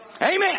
Amen